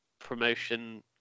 promotion